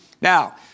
Now